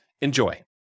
Enjoy